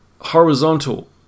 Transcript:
horizontal